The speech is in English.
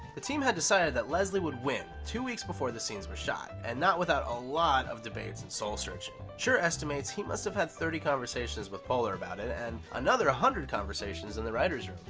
the team had decided that leslie would win two weeks before the scenes were shot, and not without a lot of debates and soul searching. schur estimates he must've had thirty conversations with poehler about it and another one hundred conversations in the writers room.